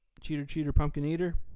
cheater-cheater-pumpkin-eater